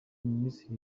minisitiri